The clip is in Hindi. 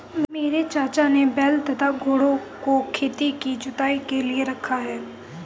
मेरे चाचा ने बैल तथा घोड़ों को खेत की जुताई के लिए रखा है